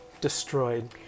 destroyed